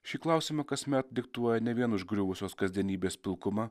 šį klausimą kasmet diktuoja ne vien užgriuvusios kasdienybės pilkuma